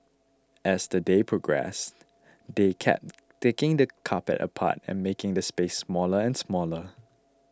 as the day progressed they kept taking the carpet apart and making the space smaller and smaller